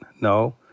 no